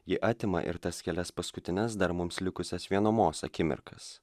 ji atima ir tas kelias paskutines dar mums likusias vienumos akimirkas